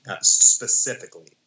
specifically